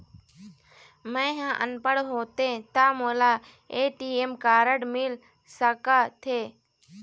मैं ह अनपढ़ होथे ता मोला ए.टी.एम कारड मिल सका थे?